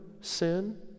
sin